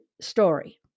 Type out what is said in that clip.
story